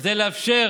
כדי לאפשר